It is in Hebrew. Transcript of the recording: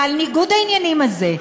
ועל ניגוד העניינים הזה,